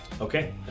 Okay